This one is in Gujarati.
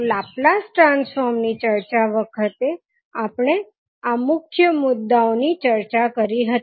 તો લાપ્લાસ ટ્રાન્સફોર્મ ની ચર્ચા વખતે આપણે આ મુખ્ય મુદ્દાઓની ચર્ચા કરી હતી